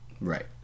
Right